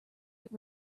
get